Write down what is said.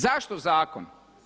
Zašto zakon?